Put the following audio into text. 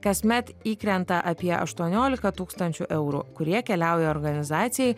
kasmet įkrenta apie aštuoniolika tūkstančių eurų kurie keliauja organizacijai